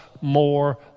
more